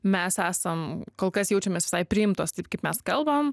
mes esam kol kas jaučiamės visai priimtos taip kaip mes kalbam